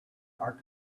are